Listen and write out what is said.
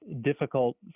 difficult